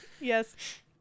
Yes